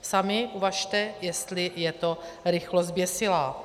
Sami uvažte, jestli je to rychlost zběsilá.